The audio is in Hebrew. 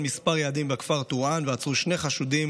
על מספר יעדים בכפר טורעאן ועצרו שני חשודים,